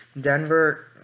Denver